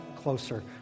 closer